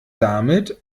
damit